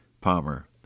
Palmer